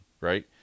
right